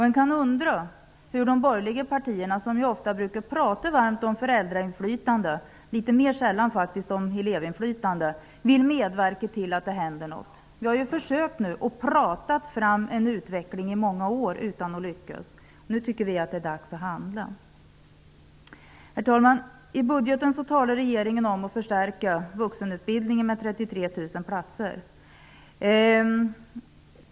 Man kan undra hur de borgerliga partierna -- som ofta talar varmt om föräldrainflytandet, medan de faktiskt mera sällan talar om elevinflytandet -- vill medverka till att något händer. Vi har ju under många år försökt att så att säga prata fram en utveckling utan att lyckas. Nu tycker vi att det är dags att handla. Herr talman! I budgeten talar regeringen om en förstärkning av vuxenutbildningen med 33 000 platser.